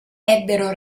ebbero